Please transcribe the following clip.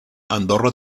andorra